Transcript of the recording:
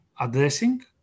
addressing